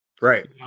Right